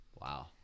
Wow